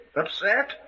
upset